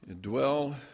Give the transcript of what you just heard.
dwell